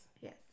Yes